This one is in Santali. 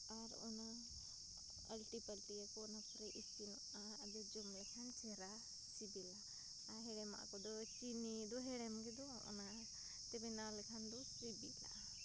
ᱟᱨ ᱚᱱᱟ ᱟᱹᱞᱴᱤᱼᱯᱟᱹᱞᱴᱤᱭᱟᱠᱚ ᱚᱱᱟ ᱯᱚᱨᱮ ᱤᱥᱤᱱᱚᱜᱼᱟ ᱟᱫᱚ ᱡᱚᱢ ᱞᱮᱠᱷᱟᱱ ᱪᱮᱦᱨᱟ ᱥᱤᱵᱤᱞᱟ ᱟᱨ ᱦᱮᱲᱮᱢᱟᱜ ᱠᱚᱫᱚ ᱪᱤᱱᱤ ᱫᱤ ᱦᱮᱲᱮᱢ ᱜᱮᱫᱚ ᱚᱱᱟ ᱛᱮ ᱵᱮᱱᱟᱣ ᱞᱮᱠᱷᱟᱱ ᱫᱚ ᱥᱤᱵᱤᱞᱟ